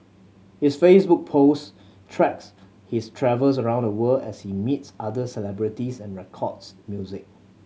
his Facebook post tracks his travels around the world as he meets other celebrities and records music